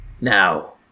Now